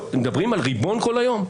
מדברים על ריבון כל היום?